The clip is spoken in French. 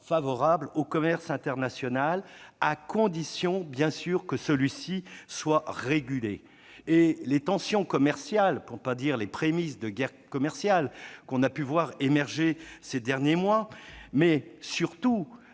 favorables au commerce international, à condition bien sûr que celui-ci soit régulé. Or les tensions commerciales, pour ne pas dire les prémices de guerre commerciale, que l'on a pu voir émerger ces derniers mois, mais surtout